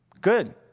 Good